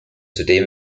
zudem